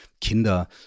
Kinder